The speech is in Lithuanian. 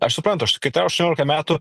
aš suprantu kai tau aštuoniolika metų